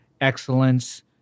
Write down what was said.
excellence